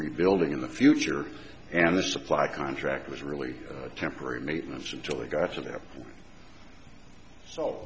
rebuilding in the future and the supply contract was really a temporary maintenance until they go